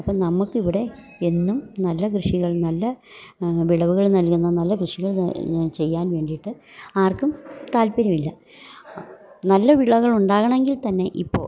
അപ്പം നമുക്കിവിടെ എന്നും നല്ല കൃഷികൾ നല്ല വിളവുകൾ നൽകുന്ന നല്ല കൃഷികൾ ചെയ്യാൻ വേണ്ടിയിട്ട് ആർക്കും താല്പര്യമില്ല നല്ല വിളകൾ ഉണ്ടാകണമെങ്കിൽ തന്നെ ഇപ്പോൾ